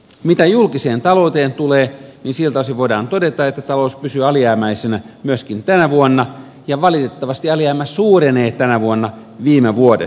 mitä julkiseen talouteen tulee niin siltä osin voidaan todeta että talous pysyy alijäämäisenä myöskin tänä vuonna ja valitettavasti alijäämä suurenee tänä vuonna viime vuodesta